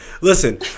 Listen